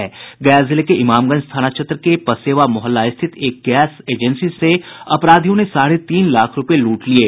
गया जिले के इमामगंज थाना क्षेत्र के पसेबा मोहल्ला स्थित एक गैस एजेंसी से अपराधियों ने साढ़े तीन लाख रूपये लूट लिये